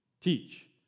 teach